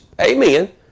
amen